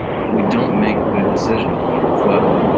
we don't make good decisions when we're flooded,